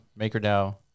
MakerDAO